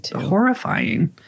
horrifying